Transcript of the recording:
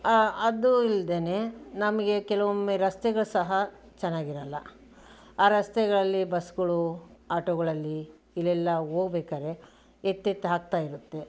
ಅದು ಇಲ್ದೆನೇ ನಮಗೆ ಕೆಲವೊಮ್ಮೆ ರಸ್ತೆಗಳು ಸಹ ಚೆನ್ನಾಗಿರಲ್ಲ ಆ ರಸ್ತೆಗಳಲ್ಲಿ ಬಸ್ಗಳು ಆಟೋಗಳಲ್ಲಿ ಇಲ್ಲೆಲ್ಲ ಹೋಗ್ಬೇಕಾದ್ರೆ ಎತ್ತೆತ್ತಿ ಹಾಕ್ತಾಯಿರುತ್ತೆ